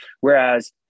Whereas